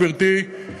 גברתי,